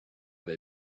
they